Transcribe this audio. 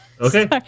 Okay